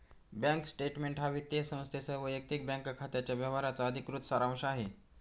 bank statement हा वित्तीय संस्थेसह वैयक्तिक बँक खात्याच्या व्यवहारांचा अधिकृत सारांश आहे